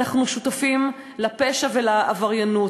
אנחנו שותפים לפשע ולעבריינות.